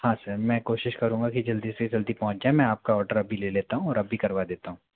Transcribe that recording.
हाँ सर मैं कोशिश करूँगा की जल्दी से जल्दी पहुंच जाए मैं आपका ऑर्डर अभी ले लेता हूँ और अभी करवा देता हूँ